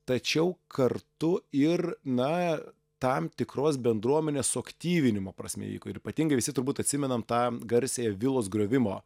tačiau kartu ir na tam tikros bendruomenės suaktyvinimo prasme ir ypatingai visi turbūt atsimenam tą garsiąją vilos griovimo